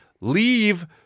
Leave